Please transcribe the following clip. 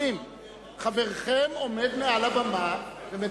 לא שמעתי מה אדוני אמר.